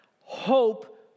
hope